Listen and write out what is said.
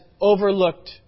overlooked